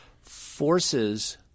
forces